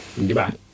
goodbye